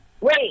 wait